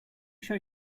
show